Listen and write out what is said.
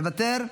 מוותר,